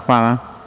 Hvala.